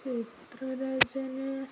ചിത്ര രചന